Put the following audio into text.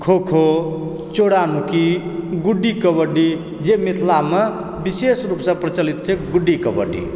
खो खो चोरा नुकि गुड्डी कबड्डी जे मिथिलामे विशेष रूपसँ प्रचलित छै गुड्डी कबड्डी